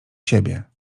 siebie